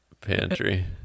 pantry